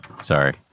Sorry